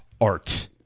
art